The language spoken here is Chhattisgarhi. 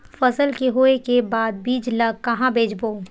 फसल के होय के बाद बीज ला कहां बेचबो?